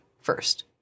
first